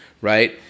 right